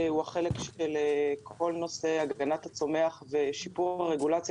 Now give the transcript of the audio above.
החלק של כל נושא הגנת הצומח ושיפור הרגולציה